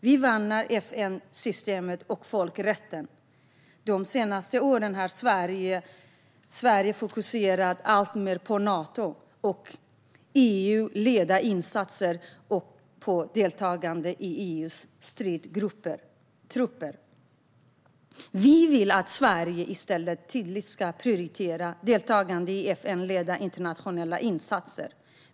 Vi värnar FN-systemet och folkrätten. De senaste åren har Sverige fokuserat alltmer på Nato och EU-ledda insatser och på deltagande i EU:s stridsgrupper. Vi vill att Sverige i stället tydligt ska prioritera deltagande i FN-ledda internationella insatser.